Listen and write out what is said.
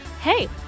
Hey